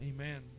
Amen